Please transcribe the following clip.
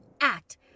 act